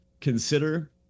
Consider